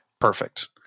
Perfect